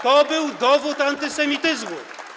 To był dowód antysemityzmu.